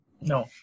No